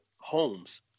homes